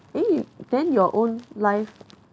eh you then your own life